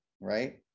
right